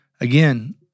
Again